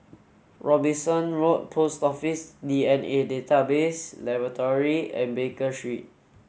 Robinson Road Post Office DNA Database Laboratory and Baker Street